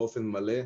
באופן מלא.